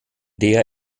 der